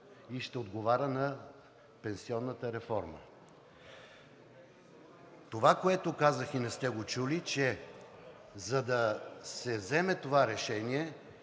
и ще отговаря на пенсионната реформа. Това, което казах и не сте го чули, е, че за да вземе това решение,